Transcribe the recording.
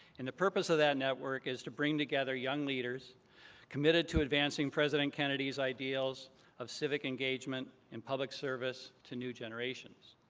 and the purpose of that network is to bring together young leaders committed to advancing president kennedy's ideals of civic engagement in public service to new generations.